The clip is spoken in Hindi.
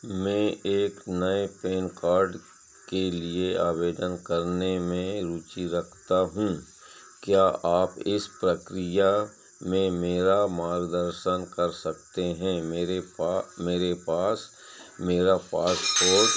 मैं एक नए पैन कार्ड के लिए आवेदन करने में रुचि रखता हूँ क्या आप इस प्रक्रिया में मेरा मार्गदर्शन कर सकते हैं मेरे पा मेरे पास मेरा पासपोर्ट पासपोर्ट और भी भाई प्रमाणपत्र तैयार है